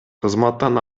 кызматтан